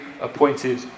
appointed